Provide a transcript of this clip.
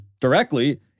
directly